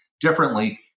differently